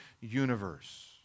universe